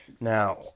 Now